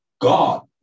God